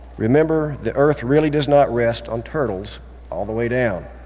remember the earth really does not rest on turtles all the way down.